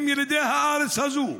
הם ילידי הארץ הזאת.